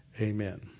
Amen